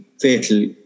fatal